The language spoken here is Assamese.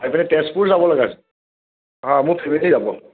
অঁ এইপিনে তেজপুৰ যাব লগা আছে অঁ মোৰ ফেমিলি যাব